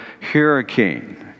hurricane